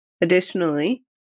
Additionally